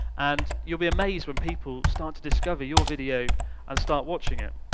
and you'll be amazed when people start to discover your video and start watching it.